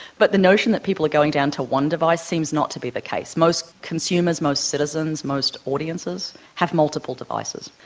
but the notion that people are going down to one device seems not to be the case. most consumers, most citizens, most audiences have multiple devices.